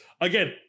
again